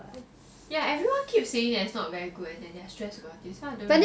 ya everyone keep saying that it's not very good and they are stressed about it so I don't know why